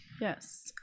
yes